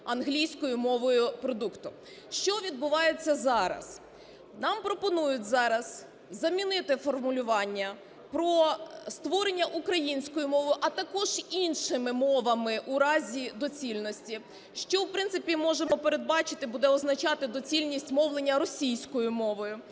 англійською мовою продукту. Що відбувається зараз? Нам пропонують зараз замінити формулювання "про створення українською мовою, а також іншими мовами у разі доцільності", що, в принципі, можемо передбачити, буде означати доцільність мовлення російською мовою,